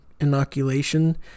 inoculation